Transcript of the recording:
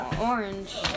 orange